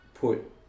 put